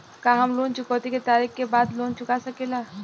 का हम लोन चुकौती के तारीख के बाद लोन चूका सकेला?